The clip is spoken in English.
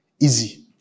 easy